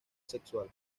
sexual